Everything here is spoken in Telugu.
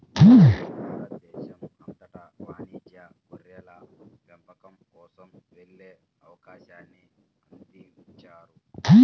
భారతదేశం అంతటా వాణిజ్య గొర్రెల పెంపకం కోసం వెళ్ళే అవకాశాన్ని అందించారు